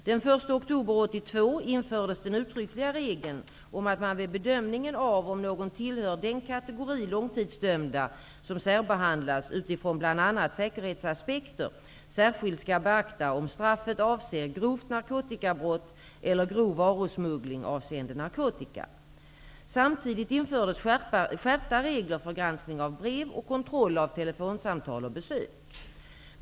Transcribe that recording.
Den 1 oktober 1982 infördes den uttryckliga regeln om att man vid bedömningen av om någon tillhör den kategori långtidsdömda som särbehandlas utifrån bl.a. säkerhetsaspekter särskilit skall beakta om straffet avser grovt narkotikabrott eller grov varusmuggling avseende narkotika. Samtidigt infördes skärpta regler för granskning av brev och kontroll av telefonsamtal och besök.